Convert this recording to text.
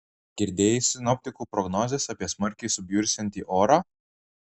girdėjai sinoptikų prognozes apie smarkiai subjursiantį orą